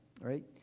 right